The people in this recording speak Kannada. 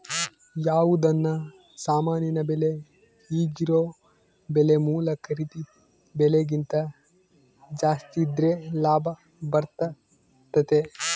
ಯಾವುದನ ಸಾಮಾನಿನ ಬೆಲೆ ಈಗಿರೊ ಬೆಲೆ ಮೂಲ ಖರೀದಿ ಬೆಲೆಕಿಂತ ಜಾಸ್ತಿದ್ರೆ ಲಾಭ ಬರ್ತತತೆ